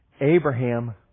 Abraham